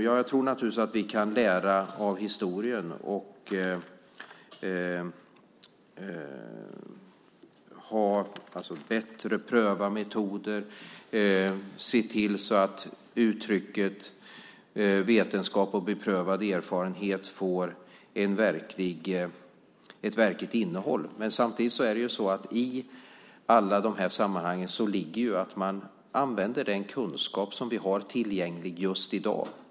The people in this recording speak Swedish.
Ja, jag tror naturligtvis att vi kan lära av historien och bättre pröva metoder och se till att uttrycket "vetenskap och beprövad erfarenhet" får ett verkligt innehåll. Men samtidigt ligger det i alla de här sammanhangen att man använder den kunskap som man har tillgänglig just då.